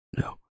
No